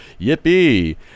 yippee